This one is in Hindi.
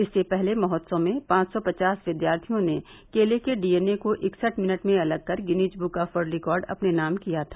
इससे पहले महोत्सव में पौंच सी पचास विद्यार्थियों ने केले के डीएनए को इकसठ मिनट में अलग कर Guinness book of world record अपने नाम किया था